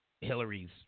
Hillary's